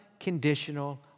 unconditional